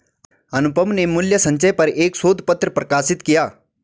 अनुपम ने मूल्य संचय पर एक शोध पत्र प्रकाशित किया